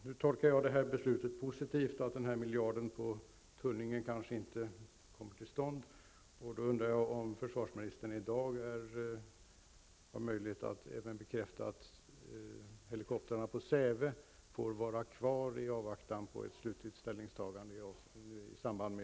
Nu tolkar jag det här beskedet positivt, att miljardinvesteringen på Tullinge kanske inte kommer till stånd. Jag undrar då om försvarsministern i dag har möjlighet att även bekräfta att helikoptrarna på Säve får vara kvar inför ett slutligt ställningstagande i samband med